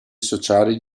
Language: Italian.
sociali